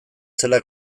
zela